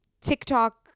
tiktok